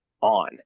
on